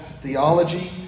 theology